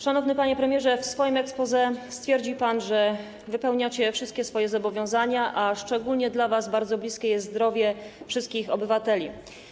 Szanowny panie premierze, w swoim exposé stwierdził pan, że wypełniacie wszystkie swoje zobowiązania, a szczególnie nam bliskie jest zdrowie wszystkich obywateli.